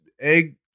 egg